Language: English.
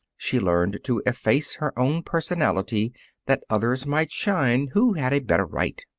she learned to efface her own personality that others might shine who had a better right.